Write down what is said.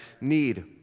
need